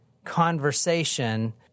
conversation